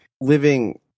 living